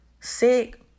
sick